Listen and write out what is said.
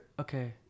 Okay